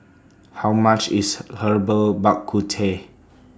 How much IS Herbal Bak Ku Teh